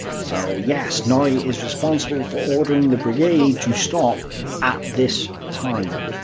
so yes, norrie is responsible for ordering the brigade to stop at this time.